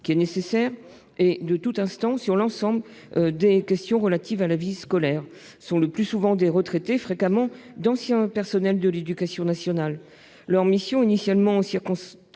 et l'administration, d'autre part, sur l'ensemble des questions relatives à la vie scolaire. Ce sont le plus souvent des retraités, fréquemment d'anciens personnels de l'éducation nationale. Leur mission, initialement circonscrite